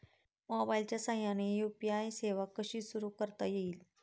मोबाईलच्या साहाय्याने यू.पी.आय सेवा कशी सुरू करता येईल?